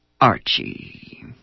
Archie